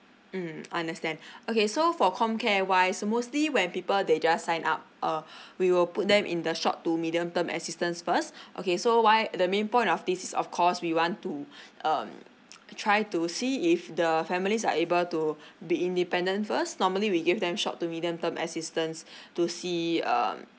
mm understand okay so for comcare wise mostly when people they just sign up uh we will put them in the short to medium term assistance first okay so why the main point of this of course we want to um try to see if the families are able to be independent first normally we give them short to medium term assistance to see um